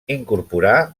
incorporà